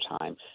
time